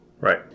Right